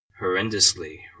horrendously